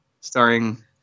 starring